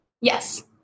Yes